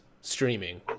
streaming